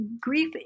Grief